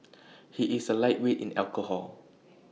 he is A lightweight in alcohol